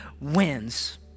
wins